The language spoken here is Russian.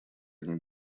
они